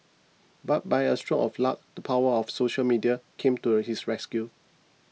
but by a stroke of luck the power of social media came to a his rescue